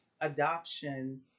adoption